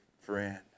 friend